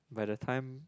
by the time